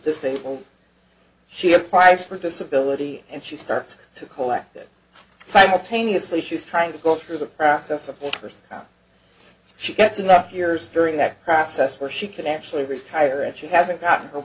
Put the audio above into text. disabled she applies for disability and she starts to collect it simultaneously she's trying to go through the process supporters she gets enough years during that process where she could actually retire and she hasn't gotten her